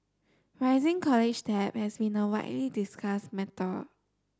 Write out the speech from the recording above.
rising college debt has been a widely discussed matter